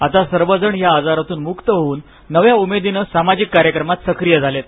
आता सर्वजण या आजारातून मुक्त होऊन नव्या उमेदीनं सामाजिक कार्यक्रमात सक्रीय झालेत